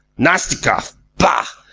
nastikoff bah!